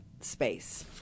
space